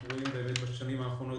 אנחנו רואים בשנים האחרונות,